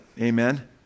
amen